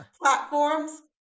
platforms